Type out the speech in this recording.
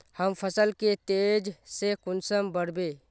हम फसल के तेज से कुंसम बढ़बे?